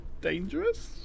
dangerous